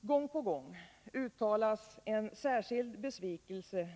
Gång på gång uttalas en särskild besvikelse